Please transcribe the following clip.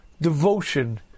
devotion